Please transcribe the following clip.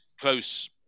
Close